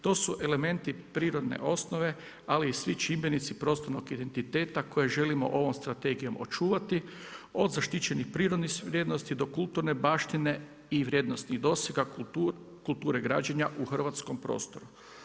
To su elementi prirodne osnovne ali i svi čimbenici prostornog identiteta koje želimo ovom strategijom očuvati od zaštićenih prirodnih vrijednosti do kulturne baštine i vrijednosnih dosega kulture građenja u hrvatskom prostoru.